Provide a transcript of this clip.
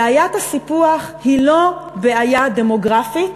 בעיית הסיפוח היא לא בעיה דמוגרפית,